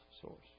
source